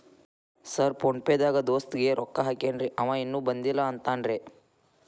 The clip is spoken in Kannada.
ಸರ್ ಫೋನ್ ಪೇ ದಾಗ ದೋಸ್ತ್ ಗೆ ರೊಕ್ಕಾ ಹಾಕೇನ್ರಿ ಅಂವ ಇನ್ನು ಬಂದಿಲ್ಲಾ ಅಂತಾನ್ರೇ?